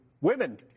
women